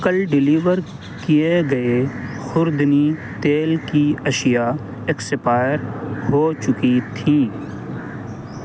کل ڈیلیور کیے گئے خوردنی تیل کی اشیا ایکسپائر ہو چکی تھی